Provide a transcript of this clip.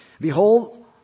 Behold